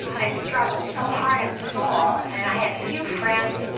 i struggled so hard in school and i had few friends.